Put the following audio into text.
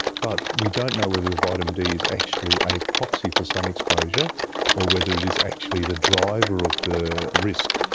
but we don't know whether the vitamin d is actually a proxy for sun exposure or whether it is actually the driver of the risk.